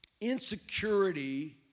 insecurity